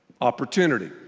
opportunity